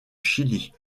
chili